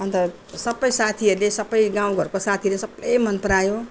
अन्त सब साथीहरूले सब गाउँ घरको साथीले सबले मन परायो